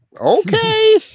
okay